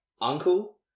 uncle